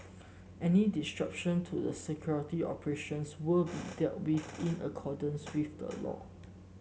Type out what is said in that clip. any disruption to the security operations will be dealt with in accordance with the law